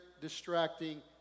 distracting